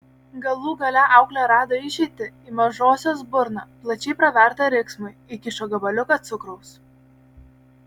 galų gale auklė rado išeitį į mažosios burną plačiai pravertą riksmui įkišo gabaliuką cukraus